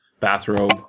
bathrobe